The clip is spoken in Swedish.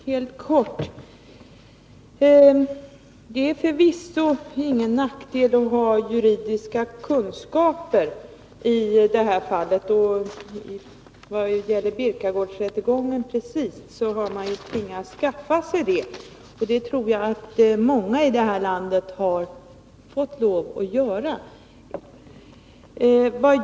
Herr talman! Helt kort: Det är förvisso ingen nackdel att ha juridiska kunskaper. De i Birkagårdsrättegången inblandade har tvingats att skaffa sig sådana kunskaper, och det tror jag att många i detta land har fått lov att göra.